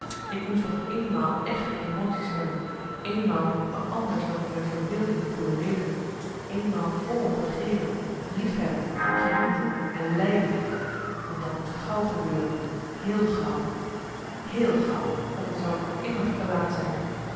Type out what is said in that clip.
ik moest toch eenmaal echte emotie's hebben eenmaal me anders dan in mijn verbeelding voelen leven eenmaal volop begeeren liefhebben genieten en lijden en dat moest gauw gebeuren heel gauw heel gauw of t zou voor immer te laat zijn